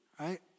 right